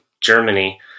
Germany